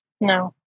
No